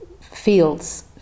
fields